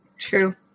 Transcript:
True